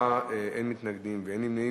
מי נמנע?